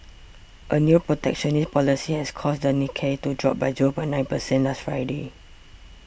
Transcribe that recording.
a new protectionist policy has caused the Nikkei to drop by zero point nine percent last Friday